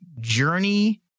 journey